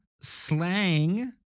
Slang